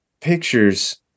pictures